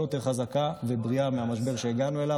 יותר חזקה ובריאה מהמשבר שהגענו אליו.